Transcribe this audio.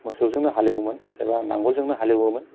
मोसौजोंनो हालेवोमोन एबा नांगोलजोंनो हालेवोमोन